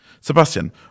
Sebastian